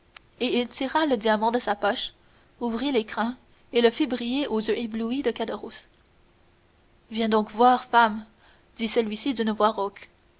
et il tira le diamant de sa poche ouvrit l'écrin et le fit briller aux yeux éblouis de caderousse viens donc voir femme dit celui-ci d'une voix rauque